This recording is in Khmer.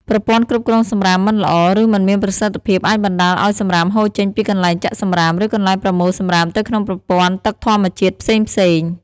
ប្រព័ន្ធគ្រប់គ្រងសំរាមមិនល្អ ឬមិនមានប្រសិទ្ធភាពអាចបណ្តាលឱ្យសំរាមហូរចេញពីកន្លែងចាក់សំរាម ឬកន្លែងប្រមូលសំរាមទៅក្នុងប្រព័ន្ធទឹកធម្មជាតិផ្សេងៗ។